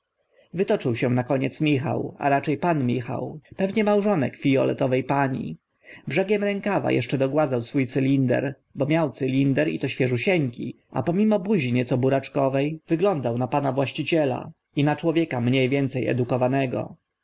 michale wytoczył się na koniec michał a racze pan michał pewnie małżonek fioletowe pani brzegiem rękawa eszcze dogładzał swó cylinder bo miał cylinder i to świeżusieńki i pomimo buzi nieco buraczkowe wyglądał na pana właściciela i na człowieka mnie więce edukowanego